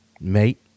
Mate